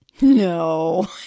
No